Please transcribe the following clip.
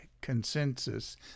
consensus